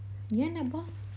ஏன் அப்புறம்:yean apram